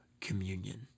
communion